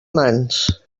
mans